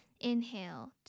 Inhale